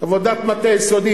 עבודת מטה יסודית.